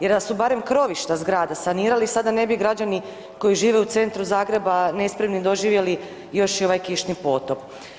Jer da su barem krovišta zgrada sanirali sada ne bi građani koji žive u centru Zagreba nespremni doživjeli još i ovaj kišni potop.